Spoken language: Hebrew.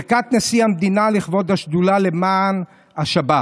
ברכת נשיא המדינה לכבוד השדולה למען השבת.